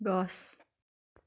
গছ